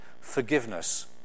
forgiveness